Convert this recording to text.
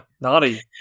naughty